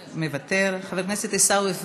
מוותר, חבר הכנסת עיסאווי פריג'